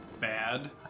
bad